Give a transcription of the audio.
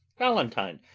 valentine,